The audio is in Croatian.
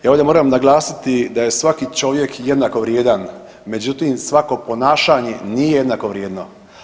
Ja ovdje moram naglasiti da je svaki čovjek jednako vrijedan, međutim svako ponašanje nije jednako vrijedno.